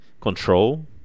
control